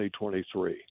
2023